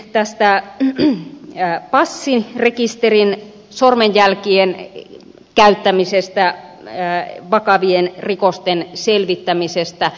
sitten täällä kysyttiin passirekisterin sormenjälkien käyttämisestä vakavien rikosten selvittämisessä